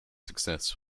success